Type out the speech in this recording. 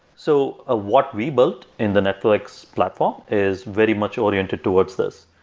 so ah what we built in the netflix platform is very much oriented towards this.